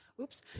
Oops